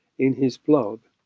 in his blog,